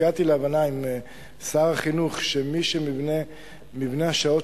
הגעתי להבנה עם שר החינוך שמי שמבנה השעות